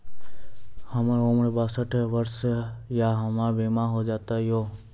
हमर उम्र बासठ वर्ष या हमर बीमा हो जाता यो?